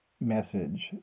message